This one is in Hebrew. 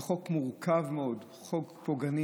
זה חוק מורכב מאוד, זה חוק פוגעני,